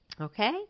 Okay